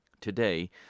today